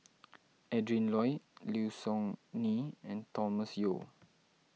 Adrin Loi Low Siew Nghee and Thomas Yeo